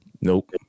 Nope